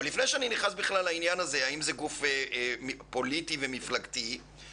אבל לפני שאני בכלל נכנס לשאלה האם זה גוף פוליטי או מפלגתי והאם